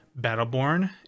Battleborn